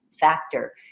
factor